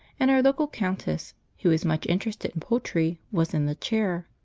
and our local countess, who is much interested in poultry, was in the chair.